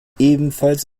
ebenfalls